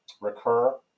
recur